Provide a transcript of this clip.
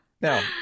Now